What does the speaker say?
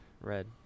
Red